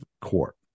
court